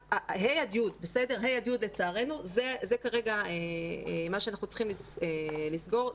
ה' י' לצערנו זה כרגע מה שאנחנו צריכים לסגור.